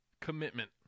Commitment